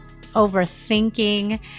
overthinking